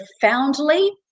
profoundly